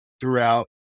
throughout